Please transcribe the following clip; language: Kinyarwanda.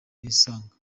nisanga